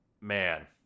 man